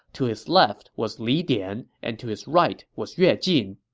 to his left was li dian, and to his right was yue jin.